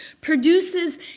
produces